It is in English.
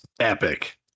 epic